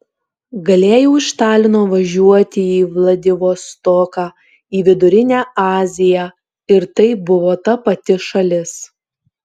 galėjau iš talino važiuoti į vladivostoką į vidurinę aziją ir tai buvo ta pati šalis